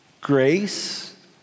Grace